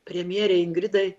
premjerei ingridai